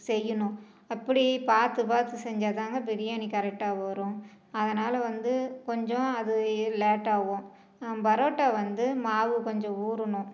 செய்யணும் அப்படி பார்த்து பார்த்து செஞ்சால்தாங்க பிரியாணி கரெக்டாக வரும் அதனால் வந்து கொஞ்சம் அது லேட்டாகும் பரோட்டா வந்து மாவு கொஞ்சம் ஊறணும்